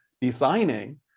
designing